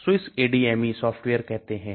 इसको SWISSADME software कहते हैं